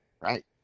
Right